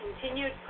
continued